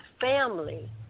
Family